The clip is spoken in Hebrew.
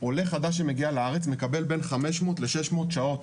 עולה חדש שמגיע לארץ מקבל בין 500-600 שעות